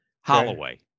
Holloway